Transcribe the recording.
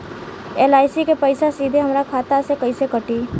LIC के पईसा सीधे हमरा खाता से कइसे कटी?